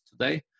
today